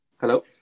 hello